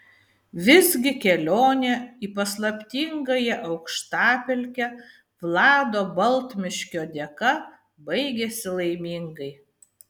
visgi kelionė į paslaptingąją aukštapelkę vlado baltmiškio dėka baigėsi laimingai